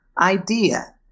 idea